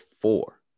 four